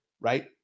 right